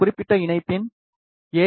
இந்த குறிப்பிட்ட இணைப்பின் எ